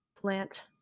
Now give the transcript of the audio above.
plant